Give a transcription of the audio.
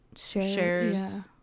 shares